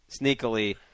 sneakily